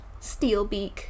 Steelbeak